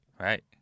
Right